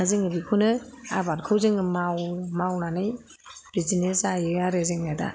दा जों बेखौनो आबादखौ जों मावनानै बिदिनो जायो आरो जों दा